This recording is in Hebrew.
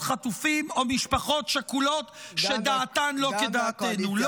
חטופים או משפחות שכולות שדעתן לא כדעתנו.